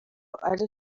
ari